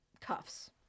cuffs